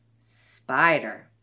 Spider